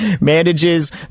manages